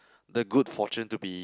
the good fortune to be